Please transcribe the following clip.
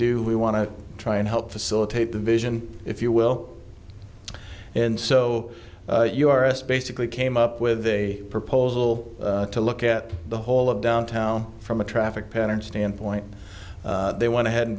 do we want to try and help facilitate the vision if you will and so your s basically came up with a proposal to look at the whole of downtown from a traffic pattern standpoint they want to head and